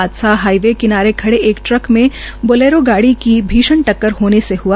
हादसा हाइवे किनारे खड़े ट्रक मे बोलेरो गाड़ी की भीषण टक्कर होने से हआ